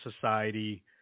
society